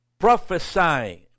prophesying